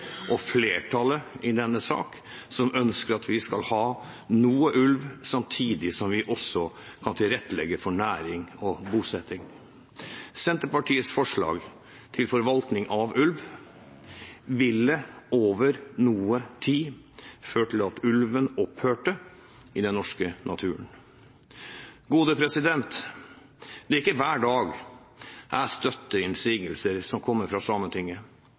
og flertallet i denne sak, som ønsker at vi skal ha noe ulv, samtidig som vi kan tilrettelegge for næring og bosetting. Senterpartiets forslag til forvaltning av ulv ville over noe tid ført til at ulven opphørte i den norske naturen. Det er ikke hver dag jeg støtter innsigelser som kommer fra Sametinget.